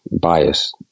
bias